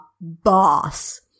BOSS